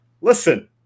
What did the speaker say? listen